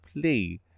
play